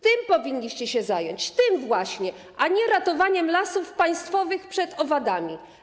Tym powinniście się zająć, tym właśnie, a nie ratowaniem lasów państwowych przed owadami.